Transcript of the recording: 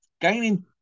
gaining